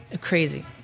crazy